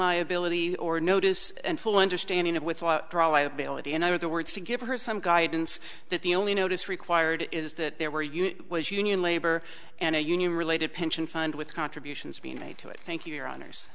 liability or notice and full understanding of with my ability in other words to give her some guidance that the only notice required is that there were unit was union labor and a union related pension fund with contributions being made to it thank you your honors